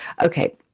Okay